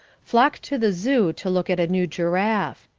flock to the zoo to look at a new giraffe.